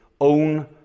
own